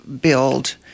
build